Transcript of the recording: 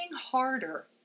harder